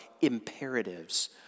imperatives